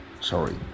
Sorry